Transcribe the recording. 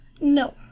No